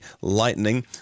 Lightning